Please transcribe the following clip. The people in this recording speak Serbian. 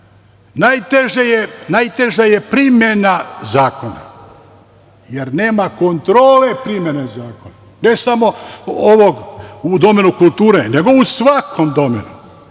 Najteža je primena zakona, jer nema kontrole primene zakona. Ne samo ovog, u domenu kulture, nego u svakom domenu.